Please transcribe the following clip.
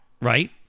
Right